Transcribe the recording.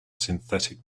synthetic